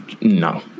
No